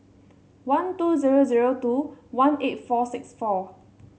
one two zero zero two one eight four six four